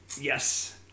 yes